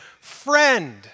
friend